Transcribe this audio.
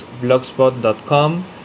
blogspot.com